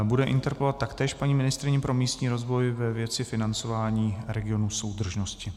Bude interpelovat taktéž paní ministryni pro místní rozvoj ve věci financování regionů soudržnosti.